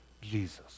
Jesus